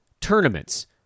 tournaments